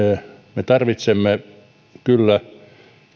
tarvitsemme